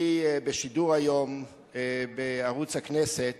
בשידור היום בערוץ הכנסת